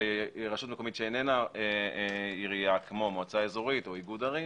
ברשות מקומית שאיננה עירייה כמו מועצה אזורית או איגוד ערים